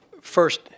First